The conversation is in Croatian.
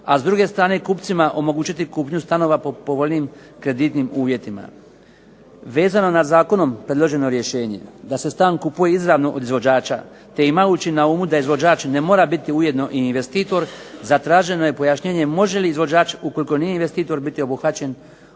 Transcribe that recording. a s druge strane kupcima omogućiti kupnju stanova po povoljnijim kreditnim uvjetima. Vezano na zakonom predloženo rješenje da se stan kupuje izravno od izvođača, te imajući na umu da izvođač ne mora biti ujedno i investitor zatraženo je pojašnjenje može li izvođač ukoliko nije investitor biti obuhvaćen